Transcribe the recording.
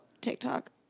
TikTok